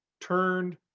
turned